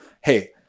hey